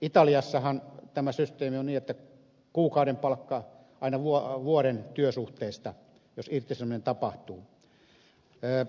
italiassahan tämä systeemi on sellainen että kuukauden palkka tulee aina vuoden työsuhteesta jos irtisanominen tapahtuu